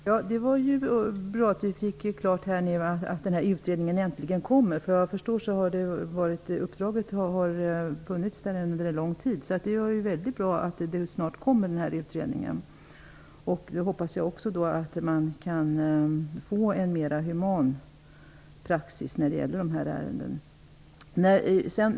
Fru talman! Det var bra att vi nu fick klart att den här utredningen äntligen kommer. Enligt vad jag förstår har uppdraget funnits under lång tid. Det är mycket bra att utredningen snart är klar. Jag hoppas att man kan få en mera human praxis i sådana här ärenden.